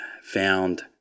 found